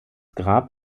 grab